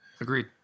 Agreed